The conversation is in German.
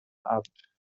abend